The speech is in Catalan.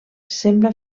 sembla